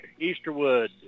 Easterwood